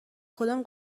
کدام